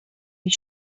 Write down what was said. wie